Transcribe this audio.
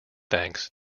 thanks